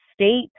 state